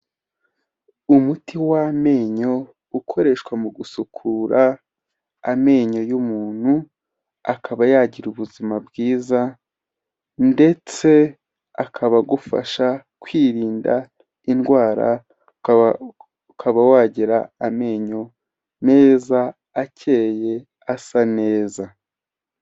Umuti w'amenyo ukoreshwa mu gusukura amenyo y'umuntu, akaba yagira ubuzima bwiza, ndetse akaba agufasha kwirinda indwara, ukaba wagira amenyo meza akeye asa neza.